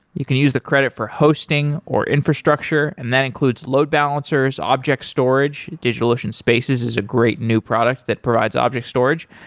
you can use the credit for hosting, or infrastructure, and that includes load balancers, object storage. digitalocean spaces is a great new product that provides object storage,